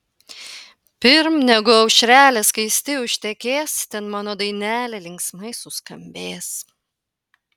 pirm negu aušrelė skaisti užtekės ten mano dainelė linksmai suskambės